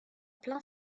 plein